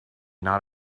not